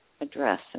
address